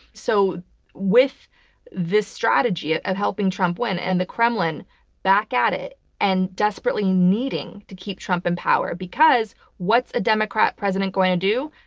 so with this strategy ah of helping trump win and the kremlin back at it and desperately needing to keep trump in power, because what's a democrat president going to do?